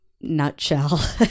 nutshell